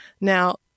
Now